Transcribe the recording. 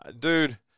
Dude